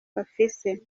bafise